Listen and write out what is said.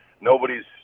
nobody's